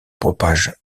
propage